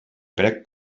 crec